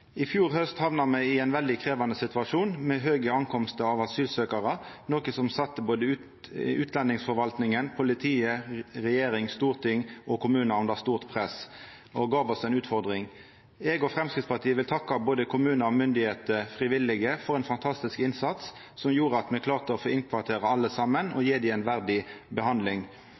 I fjor haust hamna me i ein veldig krevjande situasjon då det kom mange asylsøkjarar, noko som sette både utlendingsforvaltninga, politiet, regjeringa, Stortinget og kommunane under stort press og gav oss ei utfordring. Eg og Framstegspartiet vil takka både kommunar, myndigheiter og frivillige for ein fantastisk innsats, som gjorde at me klarte å få innkvartert alle saman og gje dei ei verdig behandling.